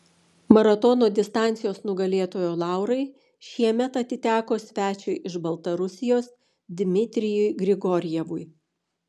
maratono distancijos nugalėtojo laurai šiemet atiteko svečiui iš baltarusijos dmitrijui grigorjevui